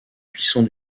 puissant